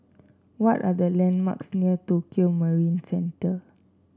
what are the landmarks near Tokio Marine Centre